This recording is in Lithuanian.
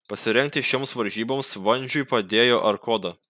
pasirengti šioms varžyboms vandžiui padėjo arkoda